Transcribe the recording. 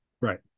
Right